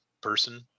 person